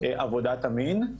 עבודת המין.